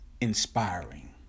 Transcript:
inspiring